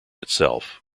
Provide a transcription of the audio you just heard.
itself